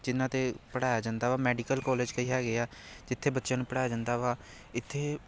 ਜਿਨ੍ਹਾਂ' ਤੇ ਪੜ੍ਹਾਇਆ ਜਾਂਦਾ ਵਾ ਮੈਡੀਕਲ ਕੋਲਜ ਕਈ ਹੈਗੇ ਆ ਜਿੱਥੇ ਬੱਚਿਆਂ ਨੂੰ ਪੜ੍ਹਾਇਆ ਜਾਂਦਾ ਵਾ ਇੱਥੇ